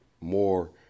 more